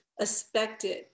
expected